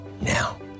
now